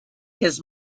his